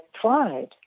pride